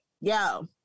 Yo